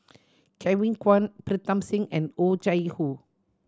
Kevin Kwan Pritam Singh and Oh Chai Hoo